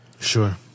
Sure